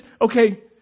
okay